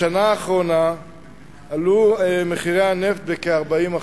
בשנה האחרונה עלו מחירי הנפט בכ-40%,